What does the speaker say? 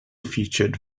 featured